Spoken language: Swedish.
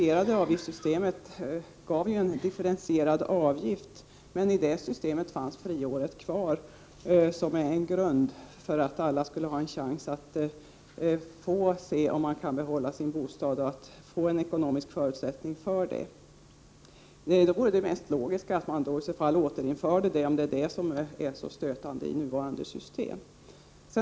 Prot. 1988/89:41 = att alla skulle ha en chans att se om de kunde behålla sin bostad och få en | 8 december 1988 «ekonomisk förutsättning för det. Det mest logiska vore att återinföra detta, IT os oo C Om det nuvarande systemet nu är så stötande.